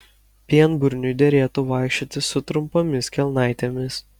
pienburniui derėtų vaikščioti su trumpomis kelnaitėmis